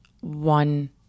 one